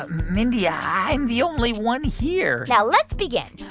ah mindy, i'm the only one here now let's begin.